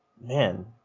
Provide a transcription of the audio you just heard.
Man